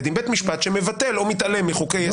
עם בית משפט שמבטל או מתעלם מחוקי יסוד?